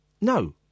No